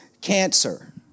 cancer